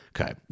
okay